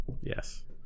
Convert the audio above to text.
Yes